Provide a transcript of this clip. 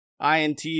INT